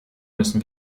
müssen